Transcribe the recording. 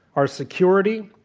our security,